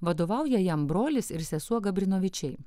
vadovauja jam brolis ir sesuo gabrinovičiai